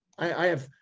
i have,